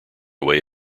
way